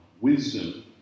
wisdom